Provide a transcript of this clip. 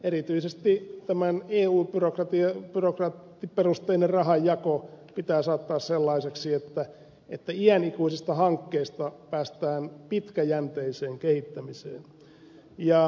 erityisesti tämä eun byrokraattiperusteinen rahanjako pitää saattaa sellaiseksi että iänikuisista hankkeista päästään pitkäjänteiseen kehittämiseen